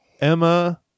emma